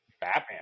Batman